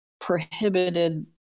prohibited